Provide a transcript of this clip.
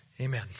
Amen